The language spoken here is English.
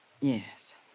Yes